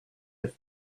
have